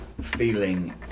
feeling